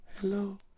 Hello